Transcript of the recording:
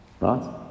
Right